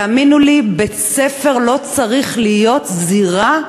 תאמינו לי, בית-ספר לא צריך להיות זירה,